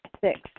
Six